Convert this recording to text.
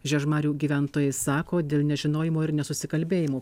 žiežmarių gyventojai sako dėl nežinojimo ir nesusikalbėjimų